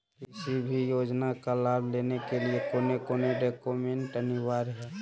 किसी भी योजना का लाभ लेने के लिए कोन कोन डॉक्यूमेंट अनिवार्य है?